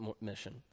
mission